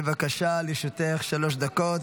בבקשה, לרשותך שלוש דקות.